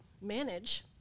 manage